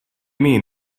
mean